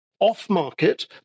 off-market